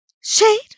Shade